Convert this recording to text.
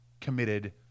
committed